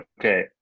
Okay